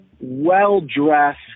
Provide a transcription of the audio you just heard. well-dressed